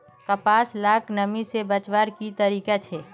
कपास लाक नमी से बचवार की तरीका छे?